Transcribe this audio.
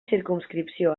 circumscripció